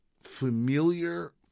familiar